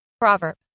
Proverb